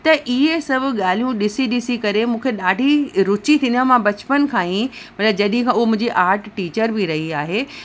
त इहे सभु ॻाल्हियूं ॾिसी ॾिसी करे मूंखे ॾाढी रुचि थींदी आहे मां बचपन खां ई मन जॾहिं खां उहो मुंहिंजी आर्ट टीचर बि रही आहे